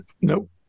nope